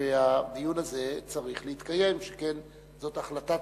הדיון הזה צריך להתקיים, שכן זאת החלטת